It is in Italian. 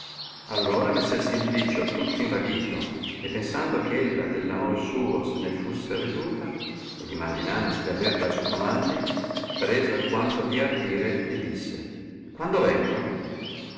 allora messer simplicio tutto invaghito e pensando che ella dell amor suo se ne fusse aveduta ed imaginandosi di averla à suoi comandi prese alquanto di ardire e disse quando vengo